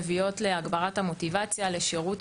הנתנון הוא גבוה יותר ובהשוואה לכלל צה"ל ודומה למכינות השנתיות.